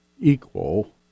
equal